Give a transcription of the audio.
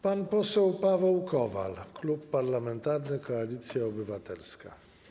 Pan poseł Paweł Kowal, Klub Parlamentarny Koalicja Obywatelska.